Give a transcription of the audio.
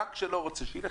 בנק שלא רוצה שיילך.